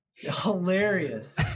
Hilarious